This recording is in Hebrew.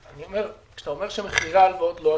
כשאתה אומר שמחירי ההלוואות לא ---,